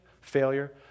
failure